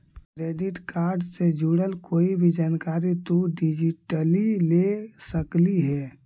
credit card से जुड़ल कोई भी जानकारी तु डिजिटली ले सकलहिं हे